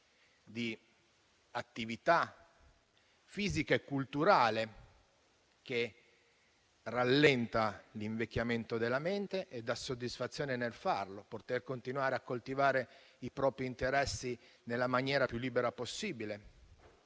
di attività fisica e culturale, che rallenta l'invecchiamento della mente e dà soddisfazione nel praticarla, e di continuare a coltivare i propri interessi nella maniera più libera possibile,